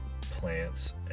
plants